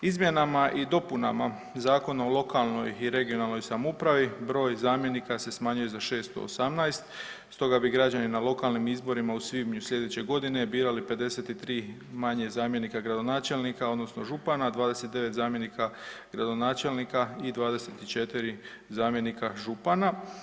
Izmjenama i dopunama Zakona o lokalnoj i regionalnoj samoupravi broj zamjenika se smanjuje za 618, stoga bi građani na lokalnim izborima u svibnju sljedeće godine birali 53 manje zamjenika gradonačelnika odnosno župana, 29 zamjenika gradonačelnika i 24 zamjenika župana.